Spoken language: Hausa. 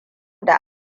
da